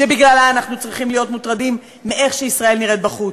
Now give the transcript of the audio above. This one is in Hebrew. שבגללה אנחנו צריכים להיות מוטרדים מאיך שישראל נראית בחוץ.